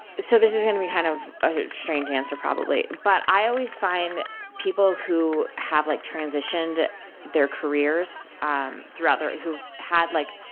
so, this is gonna be kind of a strange answer, probably. but, i always find people who have like transitioned their careers um throughout their who've had like